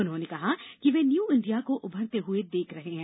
उन्होंने कहा कि वे न्यू इंडिया को उभरते हुए देख रहे हैं